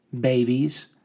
babies